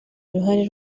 uruhare